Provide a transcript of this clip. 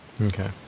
Okay